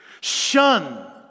Shun